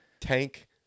Tank